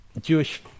Jewish